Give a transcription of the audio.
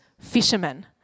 fishermen